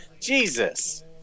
Jesus